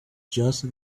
just